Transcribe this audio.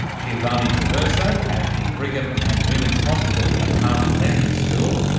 giovanni traverso at the brigham and women's hospital at harvard medical school,